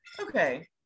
Okay